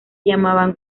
llamaban